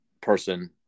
person